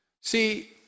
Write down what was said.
See